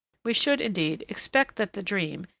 we should, indeed, expect that the dream,